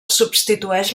substitueix